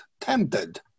Tempted